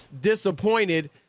disappointed